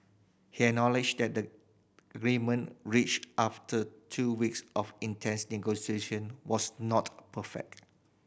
he acknowledged that the agreement reached after two weeks of intense negotiation was not perfect